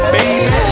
Baby